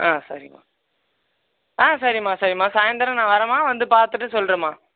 ஆ சரிம்மா ஆ சரிம்மா சரிம்மா சாயந்தரம் நான் வரம்மா வந்து பார்த்துட்டு சொல்றேம்மா